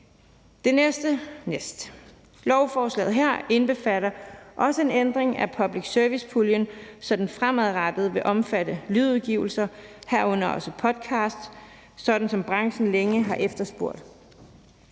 det næste næst. Lovforslaget her indbefatter også en ændring af public service-puljen, så den fremadrettet vil omfatte lydudgivelser, herunder også podcast, sådan som branchen længe har efterspurgt.